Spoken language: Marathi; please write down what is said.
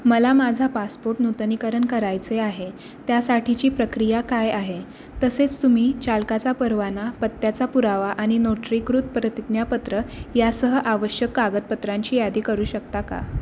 मला माझा पासपोर्ट नूतनीकरण करायचे आहे त्यासाठीची प्रक्रिया काय आहे तसेच तुम्ही चालकाचा परवाना पत्त्याचा पुरावा आनि नोट्रीकृत प्रतिज्ञापत्र यासह आवश्यक कागदपत्रांची यादी करू शकता का